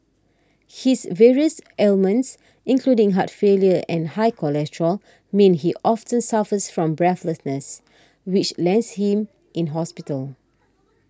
his various ailments including heart failure and high cholesterol mean he often suffers from breathlessness which lands him in hospital